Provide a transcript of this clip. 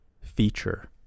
feature